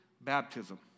baptism